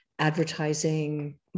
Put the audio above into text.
advertising